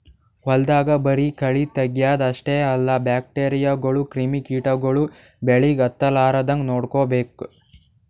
ಹೊಲ್ದಾಗ ಬರಿ ಕಳಿ ತಗ್ಯಾದ್ ಅಷ್ಟೇ ಅಲ್ಲ ಬ್ಯಾಕ್ಟೀರಿಯಾಗೋಳು ಕ್ರಿಮಿ ಕಿಟಗೊಳು ಬೆಳಿಗ್ ಹತ್ತಲಾರದಂಗ್ ನೋಡ್ಕೋಬೇಕ್